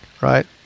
right